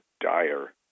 dire